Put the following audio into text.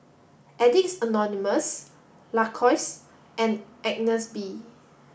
Addicts Anonymous Lacoste and Agnes B